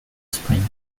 spring